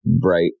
bright